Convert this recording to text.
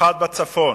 במיוחד בצפון,